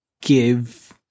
give